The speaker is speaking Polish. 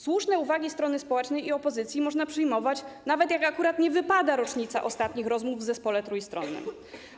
Słuszne uwagi strony społecznej i opozycji można przyjmować nawet wtedy, gdy akurat nie wypada rocznica ostatnich rozmów w zespole trójstronnym.